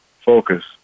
focus